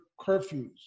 curfews